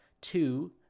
Two